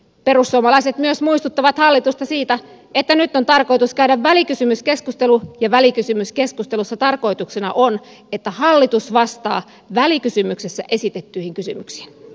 perussuomalaiset myös muistuttavat hallitusta siitä että nyt on tarkoitus käydä välikysymyskeskustelu ja välikysymyskeskustelussa tarkoituksena on että hallitus vastaa välikysymyksessä esitettyihin kysymyksiin